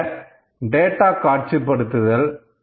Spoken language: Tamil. இது டேட்டா காட்சிப்படுத்துதல்